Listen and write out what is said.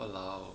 !walao!